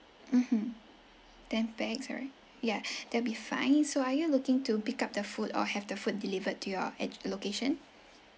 mmhmm ten pax alright yeah that'll be fine so are you looking to pick up the food or have the food delivered to your ad~ location